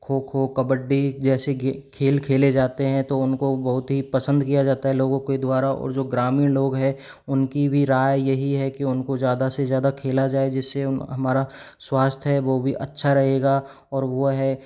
खो खो कबड्डी जैसे गे खेल खेलें जाते हैं तो उनको बहुत ही पसंद किया जाता है लोगों के द्वारा और जो ग्रामीण लोग है उनकी भी राय यही है कि उनको ज़्यादा से ज़्यादा खेला जाए जिससे उन हमारा स्वास्थ्य है वो भी अच्छा रहेगा और वह